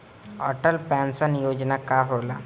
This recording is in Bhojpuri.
अटल पैंसन योजना का होला?